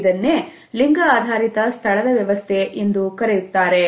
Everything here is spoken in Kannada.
ಇದನ್ನೇ ಲಿಂಗ ಆಧಾರಿತ ಸ್ಥಳದ ವ್ಯವಸ್ಥೆ ಎಂದು ಕರೆಯುತ್ತಾರೆ